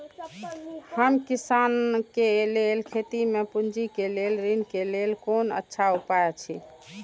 हम किसानके लेल खेती में पुंजी के लेल ऋण के लेल कोन अच्छा उपाय अछि?